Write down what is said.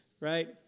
right